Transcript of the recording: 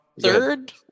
third